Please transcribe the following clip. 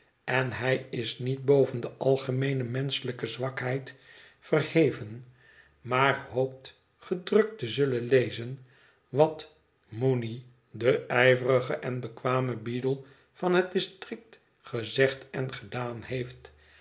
en hij is niet boven de algemeene menschelijke zwakheid verheven maar hoopt gedrukt te zullen lezen wat mooney de ijverige en bekwame beadle van het district gezegd en gedaan heeft